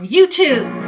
YouTube